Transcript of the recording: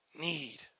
need